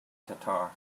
tatar